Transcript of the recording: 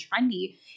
trendy